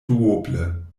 duoble